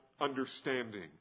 understanding